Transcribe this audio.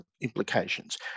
implications